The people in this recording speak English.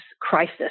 crisis